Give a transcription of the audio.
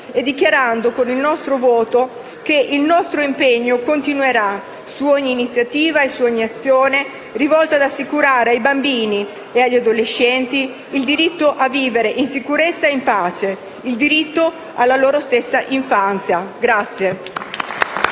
Democratico stesso. Il nostro impegno continuerà su ogni iniziativa e azione rivolta ad assicurare ai bambini e agli adolescenti il diritto a vivere in sicurezza e in pace, il diritto alla loro stessa infanzia.